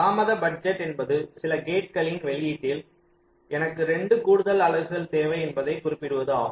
தாமத பட்ஜெட் என்பது சில கேட்களின் வெளியீட்டில் எனக்கு 2 கூடுதல் அலகுகள் தேவை என்பதை குறிப்பிடுவது ஆகும்